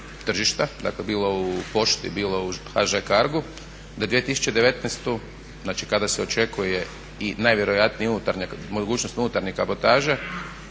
bilo u pošti, bilo u HŽ-Cargu da 2019., znači kada se očekuje i najvjerojatnije unutarnja, mogućnost unutarnje kabotaže,